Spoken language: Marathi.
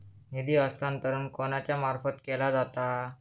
निधी हस्तांतरण कोणाच्या मार्फत केला जाता?